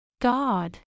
God